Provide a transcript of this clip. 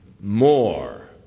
more